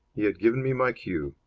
he had given me my cue.